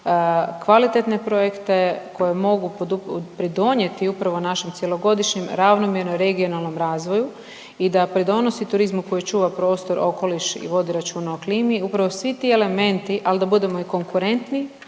kvalitetne projekte koji mogu pridonijeti upravo našem cjelogodišnjem, ravnomjernom, regionalnom razvoju i da pridonosi turizmu koji čuva prostor, okoliš i vodi računa o klimi. Upravo svi ti elementi, ali da budemo i konkurentni,